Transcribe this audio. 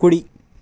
కుడి